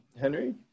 Henry